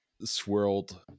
swirled